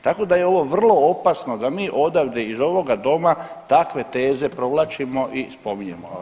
Tako da je ovo vrlo opasno da mi odavde iz ovoga Doma takve teze provlačimo i spominjemo.